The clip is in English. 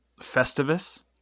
Festivus